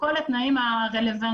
וכולי, כל התנאים הרלוונטיים.